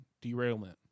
derailment